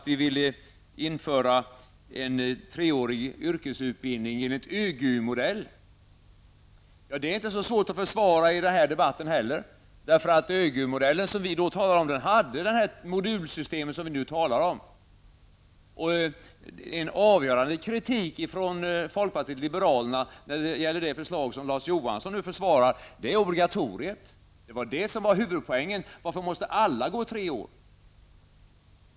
Vi ville införa en treårig utbildning enligt ÖGY-modell. Det är inte så svårt att försvara, inte heller i den här debatten. I ÖGY modellen ingick det modulsystem som vi nu talar om. En avgörande kritik från folkpartiet liberalerna mot det förslag som Larz Johansson nu försvarar är obligatoriet. Varför måste alla gå tre år?